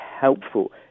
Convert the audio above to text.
helpful